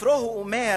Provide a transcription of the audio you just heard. בספרו הוא אומר